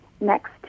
next